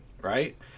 right